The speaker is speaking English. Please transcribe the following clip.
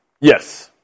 Yes